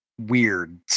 weird